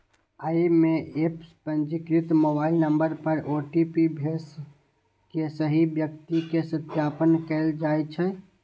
अय मे एप पंजीकृत मोबाइल नंबर पर ओ.टी.पी भेज के सही व्यक्ति के सत्यापन कैल जाइ छै